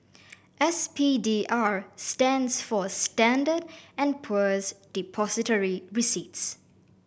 S P D R stands for Standard and Poor's Depository Receipts